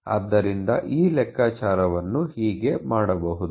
ಆದ್ದರಿಂದ ಈ ಲೆಕ್ಕಾಚಾರವನ್ನು ಹೇಗೆ ಮಾಡಬಹುದು